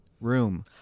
Room